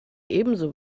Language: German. ebenso